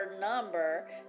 number